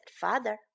father